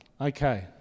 Okay